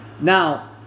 Now